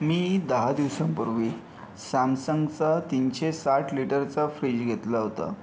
मी दहा दिवसांपूर्वी सॅमसंगचा तीनशे साठ लिटरचा फ्रिज घेतला होता